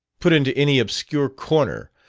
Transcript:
put into any obscure corner,